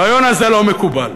הרעיון הזה לא מקובל.